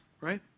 right